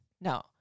No